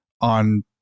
on